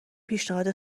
پیشنهاد